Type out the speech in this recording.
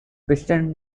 piston